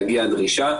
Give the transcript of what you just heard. דרישה,